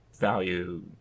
value